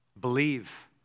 believe